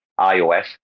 iOS